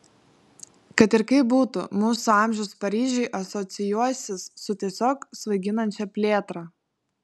kad ir kaip būtų mūsų amžius paryžiui asocijuosis su tiesiog svaiginančia plėtra